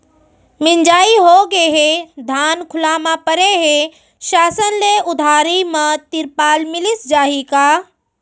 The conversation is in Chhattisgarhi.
मिंजाई होगे हे, धान खुला म परे हे, शासन ले उधारी म तिरपाल मिलिस जाही का?